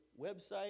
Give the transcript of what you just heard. website